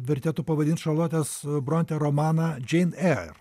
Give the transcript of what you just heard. vertėtų pavadint šarlotės bronte romaną džei eir